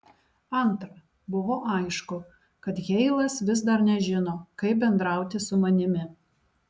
antra buvo aišku kad heilas vis dar nežino kaip bendrauti su manimi